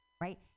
right